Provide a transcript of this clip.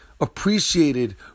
appreciated